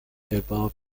above